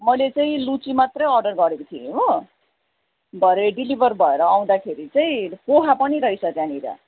मैले चाहिँ लुची मात्रै अर्डर गरेको थिएँ हो भरै डेलिभर भएर आउँदाखेरि चाहिँ पोहा पनि रहेछ त्यहाँनिर